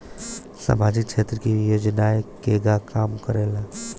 सामाजिक क्षेत्र की योजनाएं केगा काम करेले?